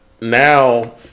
now